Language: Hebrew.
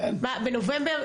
בנובמבר